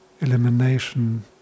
elimination